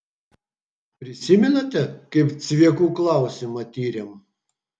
prisimenate kaip cviekų klausimą tyrėm